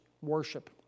worship